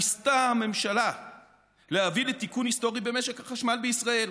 ניסתה הממשלה להביא לתיקון היסטורי במשק החשמל בישראל.